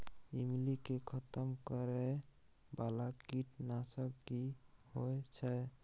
ईमली के खतम करैय बाला कीट नासक की होय छै?